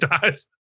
dies